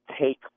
take